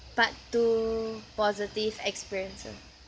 part two positive experiences